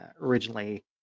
originally